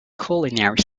culinary